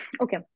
Okay